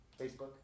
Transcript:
Facebook